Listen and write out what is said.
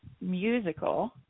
musical